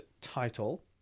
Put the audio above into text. title